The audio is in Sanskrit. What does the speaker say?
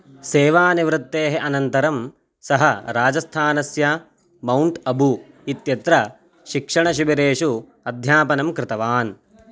सेवानिवृत्तेः अनन्तरं सः राजस्थानस्य मौण्ट् अबू इत्यत्र शिक्षणशिबिरेषु अध्यापनं कृतवान्